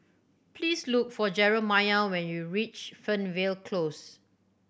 please look for Jeramiah when you reach Fernvale Close